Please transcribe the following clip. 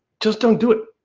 just don't do it.